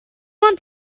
ond